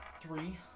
three